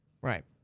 Right